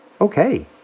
Okay